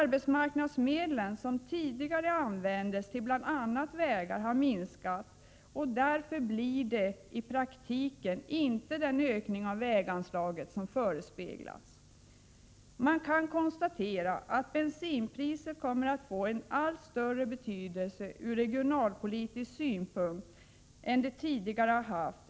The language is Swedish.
Arbetsmarknadsmedlen, som tidigare användes till bl.a. vägar, har minskat, och därför sker i praktiken inte den ökning av väganslaget som har förespeglats. Man kan konstatera att bensinpriset kommer att få en allt större betydelse ur regionalpolitisk synpunkt än det tidigare har haft.